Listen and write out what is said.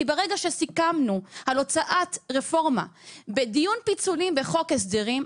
כי ברגע שסיכמנו על הוצאת רפורמה בדיון פיצולים בחוק הסדרים,